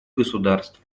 государств